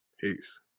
Peace